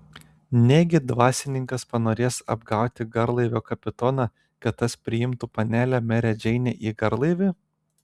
negi dvasininkas panorės apgauti garlaivio kapitoną kad tas priimtų panelę merę džeinę į garlaivį